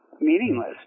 meaningless